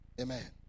Amen